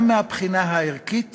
גם מהבחינה הערכית